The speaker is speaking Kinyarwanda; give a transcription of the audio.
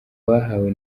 bahawe